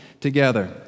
together